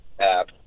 app